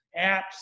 apps